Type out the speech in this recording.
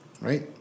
right